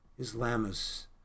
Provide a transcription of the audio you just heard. islamists